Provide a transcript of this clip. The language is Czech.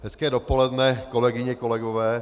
Hezké dopoledne, kolegyně, kolegové.